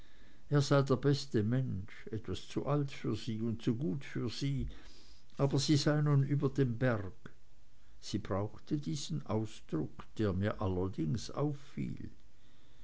er sei der beste mensch etwas zu alt für sie und zu gut für sie aber sie sei nun über den berg sie brauchte diesen ausdruck der mir allerdings auffiel